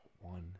one